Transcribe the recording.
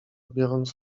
biorąc